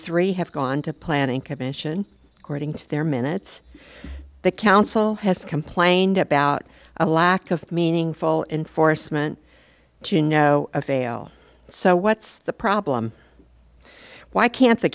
three have gone to planning commission according to their minutes the council has complained about a lack of meaningful enforcement to no avail so what's the problem why can't the